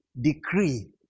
decree